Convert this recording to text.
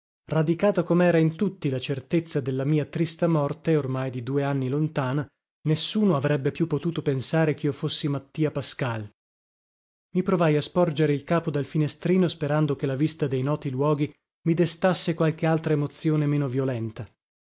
radicata comera in tutti la certezza della mia trista morte ormai di due anni lontana nessuno avrebbe più potuto pensare chio fossi attia ascal i provai a sporgere il capo dal finestrino sperando che la vista dei noti luoghi mi destasse qualche altra emozione meno violenta